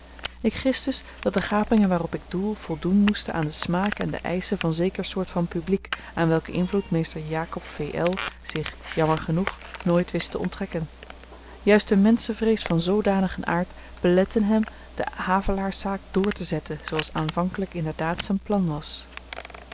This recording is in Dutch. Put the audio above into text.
ik gis dus dat de gapingen waarop ik doel voldoen moesten aan den smaak en de eischen van zeker soort van publiek aan welke invloed mr jakob v l zich jammer genoeg nooit wist te onttrekken juist n menschenvrees van zdanigen aard belette hem de havelaarszaak drtezetten zooals aanvankelyk inderdaad z'n plan was